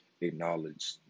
acknowledge